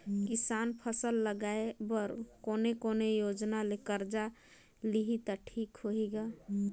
किसान फसल लगाय बर कोने कोने योजना ले कर्जा लिही त ठीक होही ग?